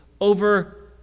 over